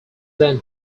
then